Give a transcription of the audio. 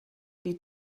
die